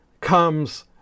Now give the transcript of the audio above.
comes